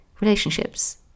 relationships